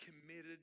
committed